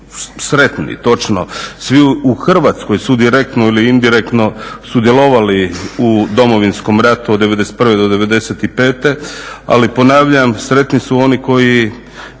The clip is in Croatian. sretni. Točno, svi u Hrvatskoj su direktno ili indirektno sudjelovali u Domovinskom ratu od '91. do '95., ali ponavljam sretni su oni koji